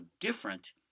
different